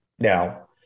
Now